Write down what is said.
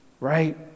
right